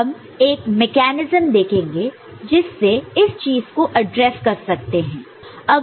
अब हम एक मेकैनिज्म देखेंगे जिससे इस चीज को एड्रेस कर सकते हैं